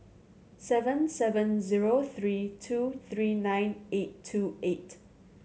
seven seven zero three two three nine eight two eight